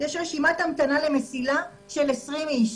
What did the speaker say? יש רשימת המתנה ל"מסילה" של 20 איש.